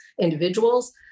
individuals